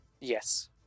Yes